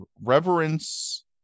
reverence